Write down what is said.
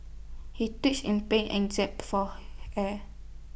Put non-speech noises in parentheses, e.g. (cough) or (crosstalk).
he (unintelligible) in pain and jape for air